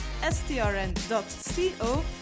strn.co